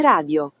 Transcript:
Radio